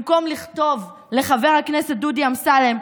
במקום לכתוב לחבר הכנסת דודי אמסלם,